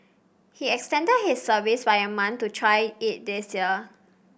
he extended his service by a month to try it this year